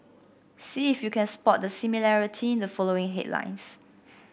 see if you can spot the similarity in the following headlines